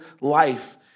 life